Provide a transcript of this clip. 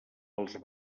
els